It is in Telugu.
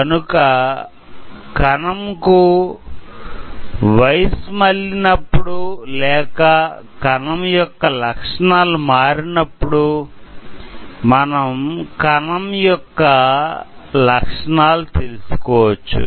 కనుక కణం కు వయసు మళ్లినప్పుడు లేక కణం యొక్క లక్షణాలు మారినప్పుడు మనం కణం యొక్క లక్షణాలు తెలుసుకోవచ్చు